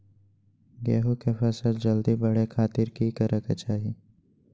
गेहूं के फसल जल्दी बड़े खातिर की करे के चाही?